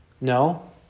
No